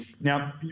Now